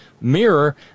mirror